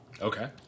Okay